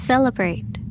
Celebrate